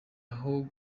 aho